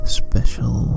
special